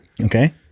okay